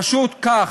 פשוט כך.